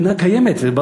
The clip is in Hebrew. חבר הכנסת ריבלין,